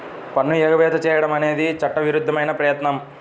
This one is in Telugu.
పన్ను ఎగవేత చేయడం అనేది చట్టవిరుద్ధమైన ప్రయత్నం